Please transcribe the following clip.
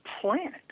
planet